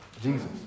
Jesus